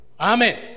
Amen